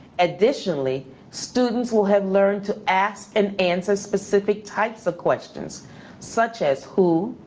additionally students will have learned to ask and answer specific types of questions such as who,